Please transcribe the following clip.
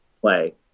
play